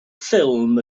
ffilm